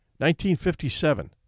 1957